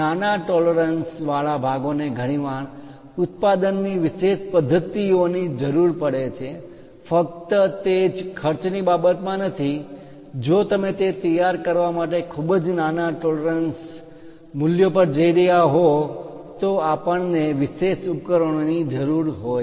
નાના ટોલરન્સ પરિમાણ માં માન્ય તફાવતવાળા ભાગોને ઘણીવાર ઉત્પાદનની વિશેષ પદ્ધતિઓ ની જરૂર પડે છે ફક્ત તે જ ખર્ચની બાબતમાં નથી જો તમે તે તૈયાર કરવા માટે ખૂબ જ નાના ટોલરન્સ પરિમાણ માં માન્ય તફાવત મૂલ્યો પર જઇ રહ્યા હોવ તો આપણ ને વિશેષ ઉપકરણોની જરૂર હોય